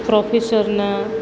પ્રોફેસરના